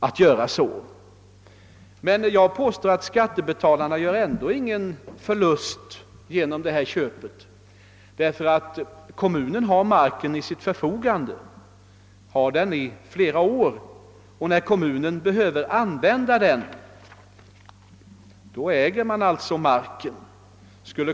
Jag vill påstå att skattebetalarna inte gör någon förlust genom sådana här markköp. Kommunen kan ju ha marken till sitt förfogande i flera år och äger den alltså när den behöver användas.